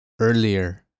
Earlier